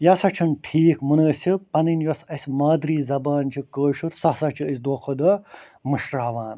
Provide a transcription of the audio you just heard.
یہِ ہَسا چھُ نہٕ ٹھیٖک مُنٲسِب پَنٕنۍ یۅس اَسہِ مادری زَبان چھ کٲشُر سُہ ہَسا چھُ أسۍ دۄہ کھۄتہٕ دۄہ مٔشراوان